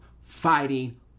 fighting